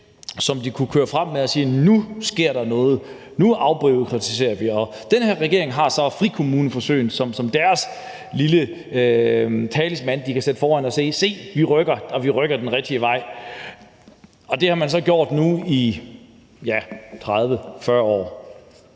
som de kunne køre frem med, og hvor de kunne sige: Nu sker der noget, nu afbureaukratiserer vi. Den her regering har så frikommuneforsøgene som deres lille talisman, de kan sætte foran, og hvor de kan sige: Se, vi rykker, og vi rykker den rigtige vej. Det har man så gjort nu i 30-40 år.